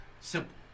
simple